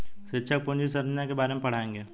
शिक्षक पूंजी संरचना के बारे में पढ़ाएंगे